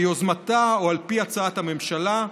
ביוזמתה או על פי הצעת הממשלה,